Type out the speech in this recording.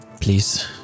please